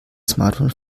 smartphone